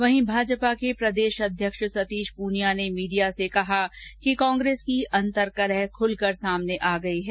वहीं भाजपा के प्रदेश अध्यक्ष सतीश पूनिया ने भीडिया से कहा कि कांग्रेस की अंतर्रकलह खुलकर सामने आ गयी है